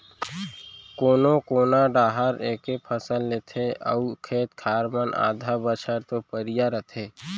कोनो कोना डाहर एके फसल लेथे अउ खेत खार मन आधा बछर तो परिया रथें